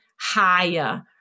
higher